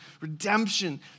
Redemption